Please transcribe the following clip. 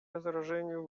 разоружению